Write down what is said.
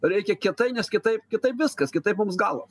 reikia kietai nes kitaip kitaip viskas kitaip mums galas